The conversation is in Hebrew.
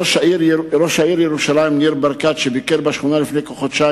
ראש העיר ירושלים ניר ברקת ביקר בשכונה לפני כחודשיים,